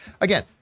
Again